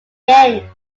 yen